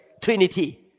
Trinity